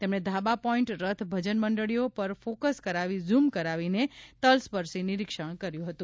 તેમણે ધાબા પોઇન્ટ રથ ભજન મંડળીઓ પર ફોકસ કરાવી ઝૂમ કરાવીને તલસ્પર્શી નિરીક્ષણ પણ કર્યુ હતું